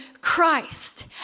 Christ